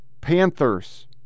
Panthers